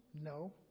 No